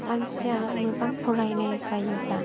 मानसिआ मोजां फरायनाय जायोब्ला